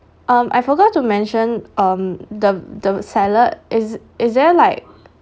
um I forgot to mention um the the salad is is there like